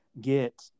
get